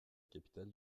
capitale